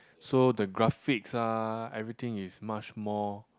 so the graphics ah everything is much more